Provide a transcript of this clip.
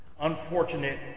unfortunate